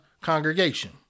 congregation